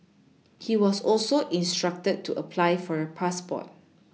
he was also instructed to apply for a passport